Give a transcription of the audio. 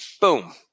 Boom